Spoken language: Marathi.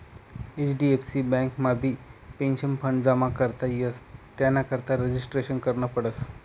एच.डी.एफ.सी बँकमाबी पेंशनफंड जमा करता येस त्यानाकरता रजिस्ट्रेशन करनं पडस